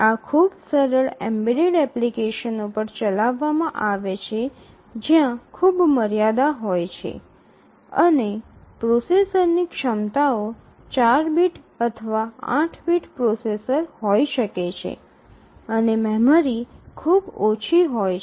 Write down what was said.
આ ખૂબ સરળ એમ્બેડેડ એપ્લિકેશનો પર ચલાવવામાં આવે છે જ્યાં ખુબ મર્યાદા હોય છે અને પ્રોસેસરની ક્ષમતાઓ 4 બીટ અથવા 8 બીટ હોઈ શકે છે અને મેમરી ખૂબ ઓછી હોય છે